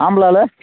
ஆம்பளை ஆள்